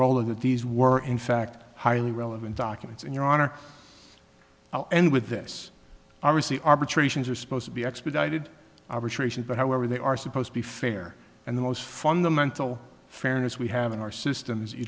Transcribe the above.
roland that these were in fact highly relevant documents in your honor i'll end with this obviously arbitrations are supposed to be expedited arbitration but however they are supposed to be fair and the most fundamental fairness we have in our system is you